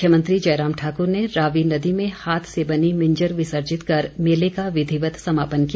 मुख्यमंत्री जयराम ठाकुर ने रावी नदी में हाथ से बनी मिंजर विसर्जन कर मेले का विधिवत् समापन किया